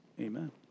amen